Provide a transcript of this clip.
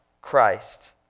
Christ